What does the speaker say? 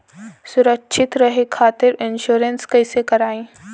सुरक्षित रहे खातीर इन्शुरन्स कईसे करायी?